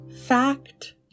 fact